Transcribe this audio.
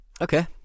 Okay